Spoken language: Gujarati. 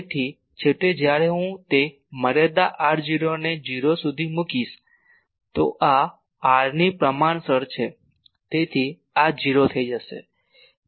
તેથી છેવટે જ્યારે હું તે મર્યાદા r0 ને 0 સુધી મુકીશ તો આ r ની પ્રમાણસર છે તેથી આ 0 થઈ જશે